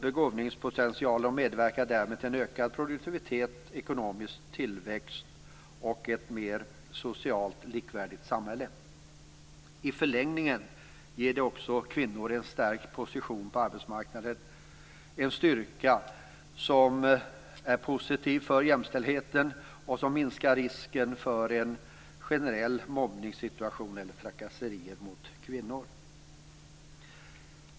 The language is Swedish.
Begåvningspotentialen medverkar därmed till ökad produktivitet, ekonomisk tillväxt och ett mer socialt likvärdigt samhälle. I förlängningen ger detta också kvinnor en stark position på arbetsmarknaden, en styrka som är positiv för jämställdheten och som minskar risken för en generell mobbningssituation eller för trakasserier av kvinnor.